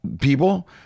people